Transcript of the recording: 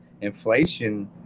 inflation